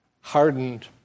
hardened